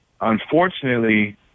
unfortunately